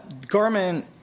Garmin